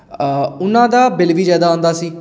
ਉਨ੍ਹਾਂ ਦਾ ਬਿਲ ਵੀ ਜ਼ਿਆਦਾ ਆਉਂਦਾ ਸੀ